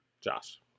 Josh